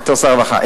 בתור שר הרווחה.